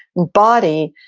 body,